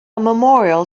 memorial